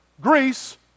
Greece